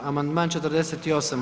Amandman 48.